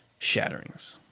shatterings.